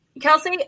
Kelsey